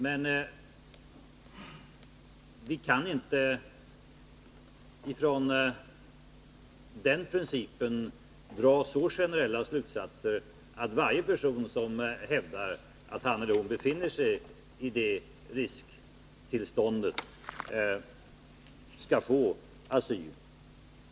Men vi kan inte från den principen dra så generella slutsatser att varje person som hävdar att han eller hon befinner sig i det risktillståndet skall få asyl.